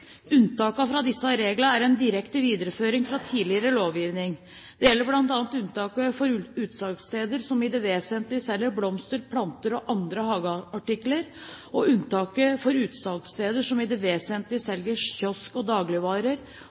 fra disse reglene er en direkte videreføring av tidligere lovgivning. Dette gjelder bl.a. unntaket for utsalgssteder som i det vesentlige selger blomster, planter og andre hageartikler, og unntaket for utsalgssteder som i det vesentlige selger kiosk- eller dagligvarer,